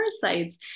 parasites